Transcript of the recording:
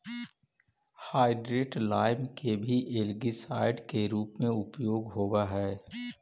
hydrated lime के भी algicide के रूप में उपयोग होव हई